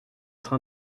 train